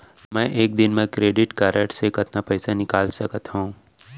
मैं एक दिन म क्रेडिट कारड से कतना पइसा निकाल सकत हो?